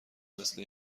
مثل